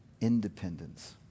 independence